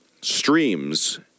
streams